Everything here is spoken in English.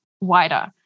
wider